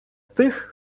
тих